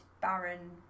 barren